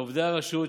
לעובדי הרשות,